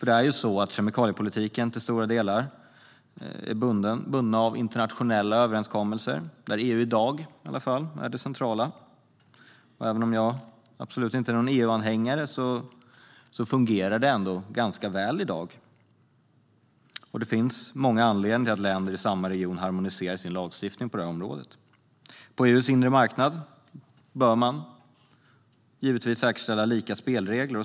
Det är ju så att kemikaliepolitiken till stora delar är bunden av internationella överenskommelser, där EU är det centrala - i alla fall i dag. Även om jag absolut inte är någon EU-anhängare kan jag tillstå att det fungerar ganska väl i dag. Det finns många anledningar för länder i samma region att harmonisera sin lagstiftning på det här området. På EU:s inre marknad bör man säkerställa lika spelregler.